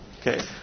Okay